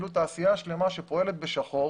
תעשייה שלמה שפועלת בשחור